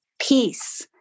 Peace